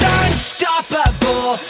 unstoppable